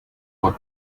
what